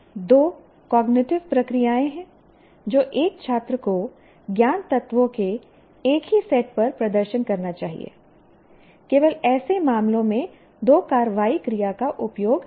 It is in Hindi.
दो कॉग्निटिव प्रक्रियाएं हैं जो एक छात्र को ज्ञान तत्वों के एक ही सेट पर प्रदर्शन करना चाहिए केवल ऐसे मामलों में दो कार्रवाई क्रिया का उपयोग किया जाना चाहिए